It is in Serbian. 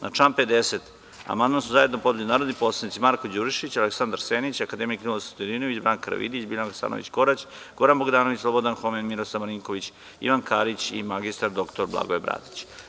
Na član 50. amandman su zajedno podneli narodni poslanici Marko Đurišić, Aleksandar Senić, Akademik Ninoslav Stojadinović, Branka Karavidić, Biljana Hasanović Korać, Goran Bogdanović, Slobodan Home, Miroslav Marinković, Ivan Karić i mr dr Blagoje Bradić.